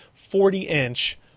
40-inch